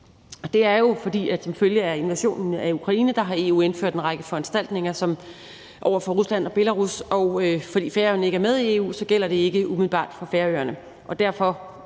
Det er jo, fordi EU som følge af invasionen af Ukraine har indført en række foranstaltninger over for Rusland og Belarus, og fordi Færøerne ikke er med i EU, gælder de ikke umiddelbart for Færøerne.